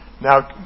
Now